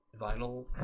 vinyl